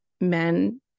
men